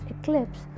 eclipse